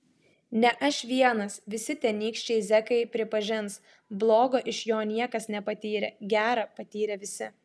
ne aš vienas visi tenykščiai zekai pripažins blogo iš jo niekas nepatyrė gera patyrė visi